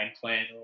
plan